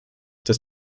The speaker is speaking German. dass